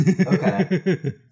Okay